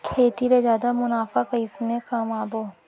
खेती ले जादा मुनाफा कइसने कमाबो?